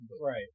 Right